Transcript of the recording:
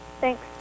Thanks